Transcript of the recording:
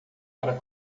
para